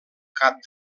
cap